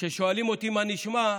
כששואלים אותי מה נשמע,